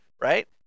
right